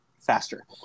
faster